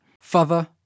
Father